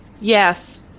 Yes